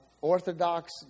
Orthodox